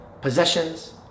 Possessions